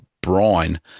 brine